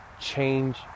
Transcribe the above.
change